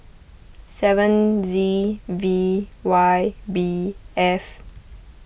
seven Z V Y B F